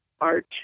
art